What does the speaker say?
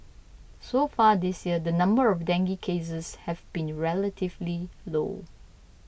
so far this year the number of dengue cases have been relatively low